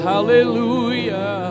Hallelujah